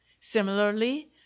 Similarly